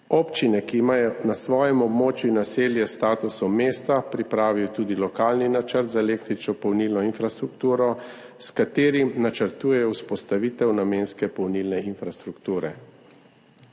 Občine, ki imajo na svojem območju naselje s statusom mesta, pripravijo tudi lokalni načrt za električno polnilno infrastrukturo, s katerim načrtujejo vzpostavitev namenske polnilne infrastrukture.